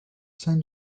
sein